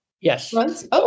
Yes